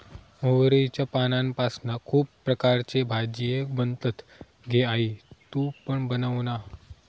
मोहरीच्या पानांपासना खुप प्रकारचे भाजीये बनतत गे आई तु पण बनवना